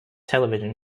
television